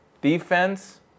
Defense